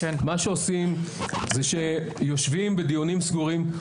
מה שעושים זה שיושבים בדיונים סגורים,